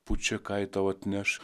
pučia ką ji tau atneš